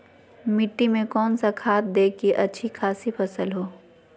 मिट्टी में कौन सा खाद दे की अच्छी अच्छी खासी फसल हो?